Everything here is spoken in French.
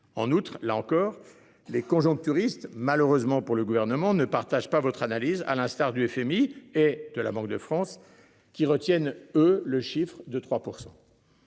En outre, là encore les conjoncturistes malheureusement pour le gouvernement, ne partage pas votre analyse, à l'instar du FMI et de la Banque de France qui retiennent eux le chiffre de 3%.